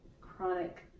Chronic